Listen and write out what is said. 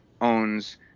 owns